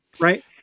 Right